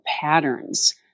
patterns